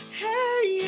hey